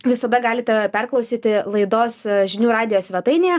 visada galite perklausyti laidos žinių radijo svetainėje